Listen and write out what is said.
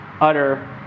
utter